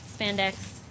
spandex